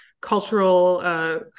cultural